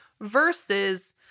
versus